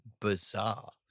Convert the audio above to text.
bizarre